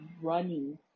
running